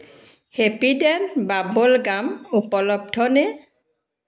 Happydent bubble gum উপলব্ধনে